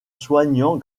soignant